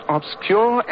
obscure